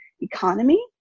economy